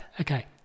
Okay